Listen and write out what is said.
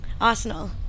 Arsenal